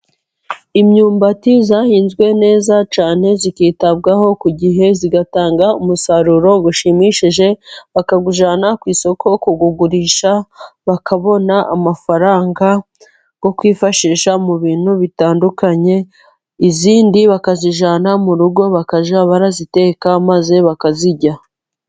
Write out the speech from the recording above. Imyumbati yahinzwe neza cyane, ikitabwaho ku gihe itanga umusaruro ushimishije, bakawujyana ku isoko kuwugurisha, bakabona amafaranga yo kwifashisha mu bintu bitandukanye, iyindi bakayijyana mu rugo, bakajya bayiteka maze bakayirya.